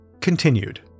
continued